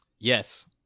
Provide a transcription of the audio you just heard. Yes